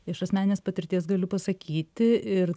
iš asmeninės patirties galiu pasakyti ir